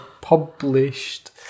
published